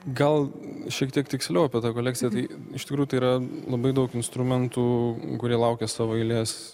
gal šiek tiek tiksliau apie tą kolekciją tai iš tikrųjų tai yra labai daug instrumentų kurie laukia savo eilės